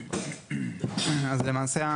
למעשה,